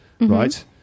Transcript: right